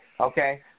okay